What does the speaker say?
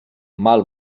mal